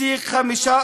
בסדר גמור, אני אוסיף לך.